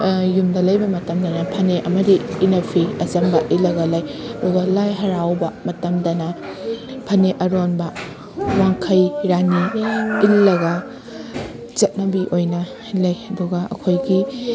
ꯌꯨꯝꯗ ꯂꯩꯕ ꯃꯇꯝꯗꯅ ꯐꯅꯦꯛ ꯑꯃꯗꯤ ꯏꯅꯐꯤ ꯑꯆꯝꯕ ꯏꯜꯂꯒ ꯂꯩ ꯑꯗꯨꯒ ꯂꯥꯏ ꯍꯔꯥꯎꯕ ꯃꯇꯝꯗꯅ ꯐꯅꯦꯛ ꯑꯔꯣꯟꯕ ꯋꯥꯡꯈꯩ ꯔꯥꯅꯤ ꯏꯜꯂꯒ ꯆꯠꯅꯕꯤ ꯑꯣꯏꯅ ꯏꯟꯅꯩ ꯑꯗꯨꯒ ꯑꯩꯈꯣꯏꯒꯤ